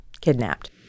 kidnapped